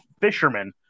fishermen